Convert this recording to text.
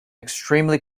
extremely